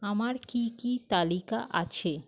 আমার কি কি তালিকা আছে